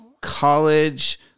college